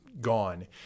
gone